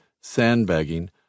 sandbagging